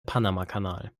panamakanal